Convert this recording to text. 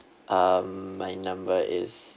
um my number is